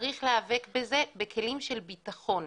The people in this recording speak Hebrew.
צריך להיאבק בזה בכלים של בטחון.